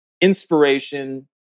inspiration